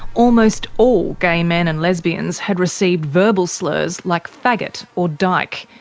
almost all gay men and lesbians had received verbal slurs like faggot or dyke,